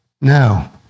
No